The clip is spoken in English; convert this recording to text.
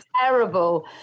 terrible